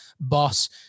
boss